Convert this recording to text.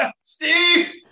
Steve